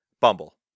Bumble